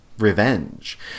revenge